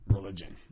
Religion